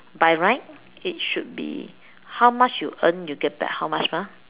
by right it should be how much you earn you get back how much mah